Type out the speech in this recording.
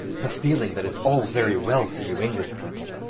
the feeling that it's all very well for you english people.